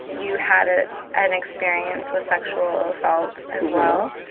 you had ah an experience with sexual assault as well.